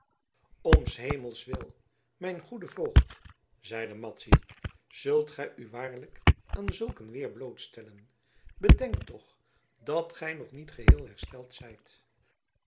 om s hemels wil mijn goede voogd zeide madzy zult gij u waarlijk aan zulk een weer blootstellen bedenk toch dat gij nog niet geheel hersteld zijt